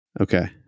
Okay